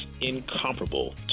incomparable